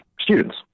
students